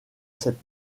cette